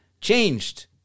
changed